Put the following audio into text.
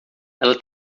ela